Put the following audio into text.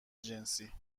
جنسی